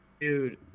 Dude